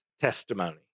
testimony